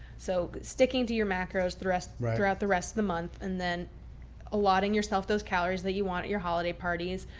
so sticking to your macros, thrust throughout the rest of the month and then a lot in yourself, those calories that you want at your holiday parties.